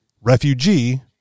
refugee